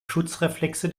schutzreflexe